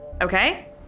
Okay